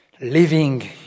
living